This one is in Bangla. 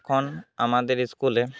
এখন আমাদের স্কুলে